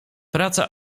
praca